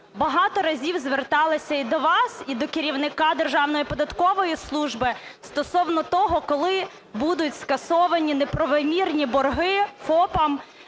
багато разів зверталися і до вас, і до керівника Державної податкової служби стосовно того, коли будуть скасовані неправомірні борги ФОПам,